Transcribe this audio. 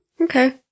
Okay